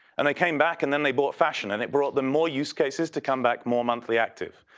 and they came back and then they bought fashion and they brought them more use cases to come back more monthly active.